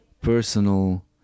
personal